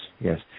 yes